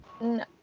No